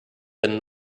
and